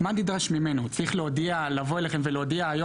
אתה יכול לבוא ולהגיד שאתה